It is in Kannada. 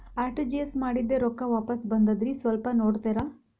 ಆರ್.ಟಿ.ಜಿ.ಎಸ್ ಮಾಡಿದ್ದೆ ರೊಕ್ಕ ವಾಪಸ್ ಬಂದದ್ರಿ ಸ್ವಲ್ಪ ನೋಡ್ತೇರ?